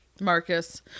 Marcus